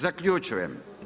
Zaključujem.